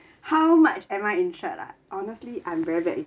how much am I insured ah honestly I'm very bad in